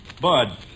Bud